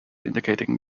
indicating